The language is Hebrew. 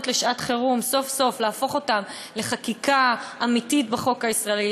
לשעת-חירום סוף-סוף לחקיקה אמיתית בחוק הישראלי,